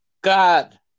God